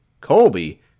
Colby